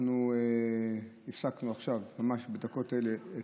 אנחנו הפסקנו עכשיו את הישיבה, ממש בדקות אלה,